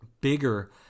bigger